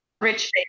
Rich